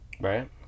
right